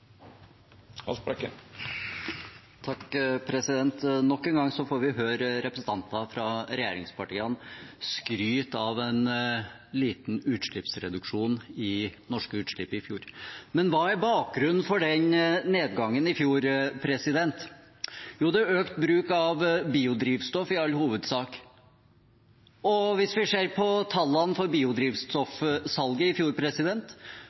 Nok en gang får vi høre representanter fra regjeringspartiene skryte av en liten reduksjon i norske utslipp i fjor. Men hva er bakgrunnen for den nedgangen? Jo, det er økt bruk av biodrivstoff, i all hovedsak. Hvis vi ser på tallene for biodrivstoffsalget i fjor,